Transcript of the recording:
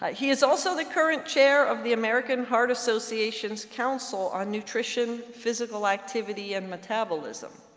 ah he is also the current chair of the american heart association's council on nutrition, physical activity, and metabolism.